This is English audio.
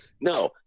no